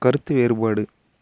கருத்து வேறுபாடு